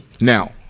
Now